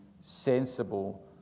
sensible